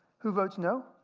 who votes no?